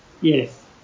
Yes